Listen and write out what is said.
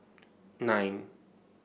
nine